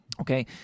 okay